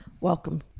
Welcome